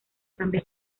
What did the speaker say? cambia